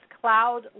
cloud